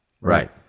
Right